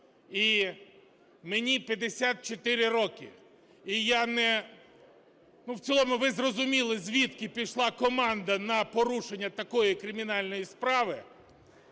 І мені 54 роки, і я не… Ну, в цілому ви зрозуміли, звідки пішла команда на порушення такої кримінальної справи.